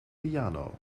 piano